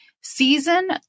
season